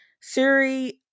Siri